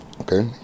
okay